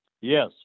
Yes